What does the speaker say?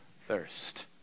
thirst